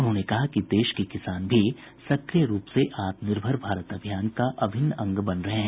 उन्होंने कहा कि देश के किसान भी सक्रिय रूप से आत्मनिर्भर भारत अभियान का अभिन्न अंग बन रहे हैं